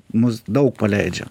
mus daug paleidžia